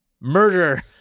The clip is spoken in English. murder